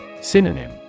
Synonym